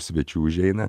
svečių užeina